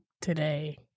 today